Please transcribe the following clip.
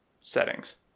settings